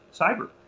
cyber